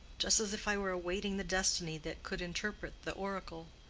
just as if i were awaiting the destiny that could interpret the oracle.